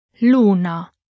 Luna